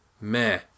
Meh